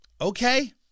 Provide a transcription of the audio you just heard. Okay